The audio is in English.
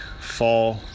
fall